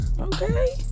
Okay